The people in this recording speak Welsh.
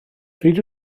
pryd